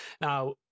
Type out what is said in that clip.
Now